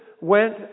went